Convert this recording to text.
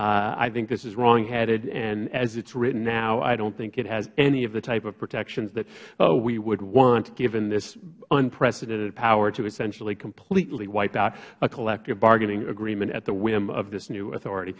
agreement i think this is wrong headed and as it is written now i dont think it has any of the type of protections that we would want given this unprecedented power to essentially completely wipe out a collective bargaining agreement at the whim of this new authority